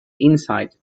insight